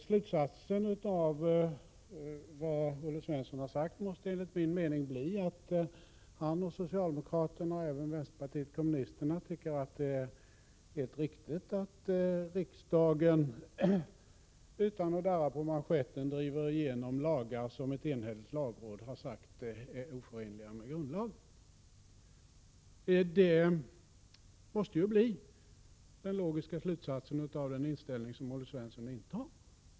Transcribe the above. Slutsatsen av det som Olle Svensson har sagt måste enligt min mening bli att han och socialdemokraterna och även vpk tycker att det är helt riktigt att riksdagen utan att darra på manschetten driver igenom lagar som ett enhälligt lagråd sagt vara oförenliga med grundlagen. Det måste bli den logiska slutsatsen av den inställning som Olle Svensson intar.